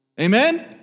Amen